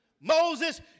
Moses